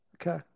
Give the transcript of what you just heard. Okay